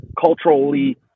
culturally